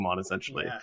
essentially